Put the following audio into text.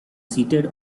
seated